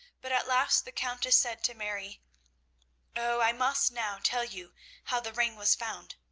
but at last the countess said to mary oh, i must now tell you how the ring was found.